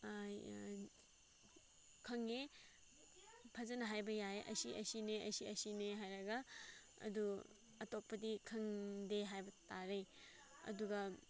ꯈꯪꯉꯦ ꯐꯖꯅ ꯍꯥꯏꯕ ꯌꯥꯏ ꯑꯁꯤ ꯑꯁꯤꯅꯦ ꯑꯁꯤ ꯑꯁꯤꯅꯦ ꯍꯥꯏꯔꯒ ꯑꯗꯨ ꯑꯇꯣꯞꯄꯗꯤ ꯈꯪꯗꯦ ꯍꯥꯏꯕ ꯇꯥꯔꯦ ꯑꯗꯨꯒ